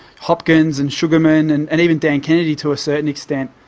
hopkins and sugarman and and even dan kennedy to a certain extent,